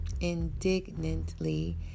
Indignantly